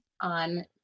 on